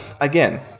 again